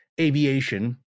aviation